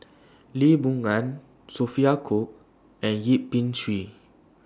Lee Boon Ngan Sophia Cooke and Yip Pin Xiu